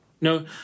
No